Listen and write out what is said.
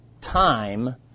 time